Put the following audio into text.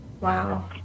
Wow